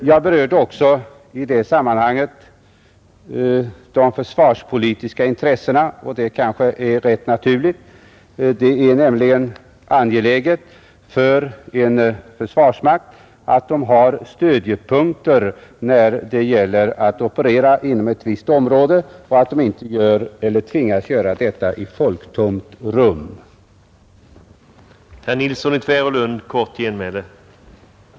Jag berörde också i det sammanhanget de försvarspolitiska intressena. Detta kanske är rätt naturligt — det är nämligen angeläget för en försvarsmakt att ha stödjepunkter när det gäller att operera inom ett visst område, så att den inte tvingas göra detta i ett folktomt rum. Detta är som jag framhöll tidigare inte bara ett norrländskt intresse utan ett riksintresse av högsta rang.